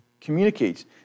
communicates